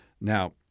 Now